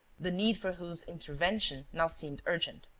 the need for whose intervention now seemed urgent.